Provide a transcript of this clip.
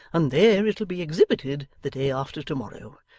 and there it'll be exhibited the day after to-morrow.